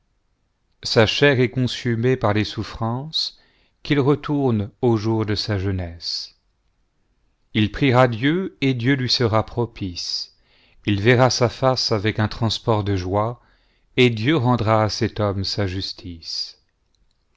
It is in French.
sa chair est consumée par les souffrances qu'il retourne aux jours de sa jeunesse il priera dieu et dieu lui sera propice il verra sa face avec un transport de joie et dieu rendra à cet homme sa justice